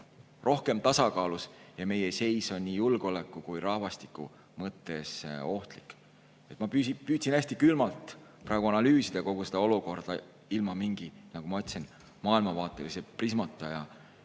rohkem tasakaalus ja meie seis on nii julgeoleku kui ka rahvastiku mõttes ohtlik. Ma püüdsin praegu hästi külmalt analüüsida kogu seda olukorda ilma mingi, nagu ma ütlesin, maailmavaatelise prismata.